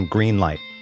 Greenlight